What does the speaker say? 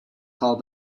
call